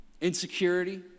insecurity